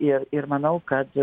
ir ir manau kad